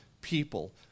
people